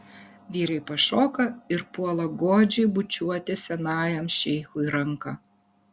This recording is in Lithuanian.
vyrai pašoka ir puola godžiai bučiuoti senajam šeichui ranką